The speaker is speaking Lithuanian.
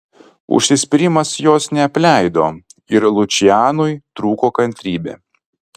užsispyrimas jos neapleido ir lučianui trūko kantrybė